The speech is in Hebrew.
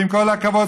שעם כל הכבוד,